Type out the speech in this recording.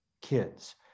kids